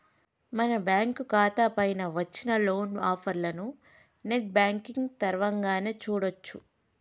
మన బ్యాంకు ఖాతా పైన వచ్చిన లోన్ ఆఫర్లను నెట్ బ్యాంకింగ్ తరవంగానే చూడొచ్చు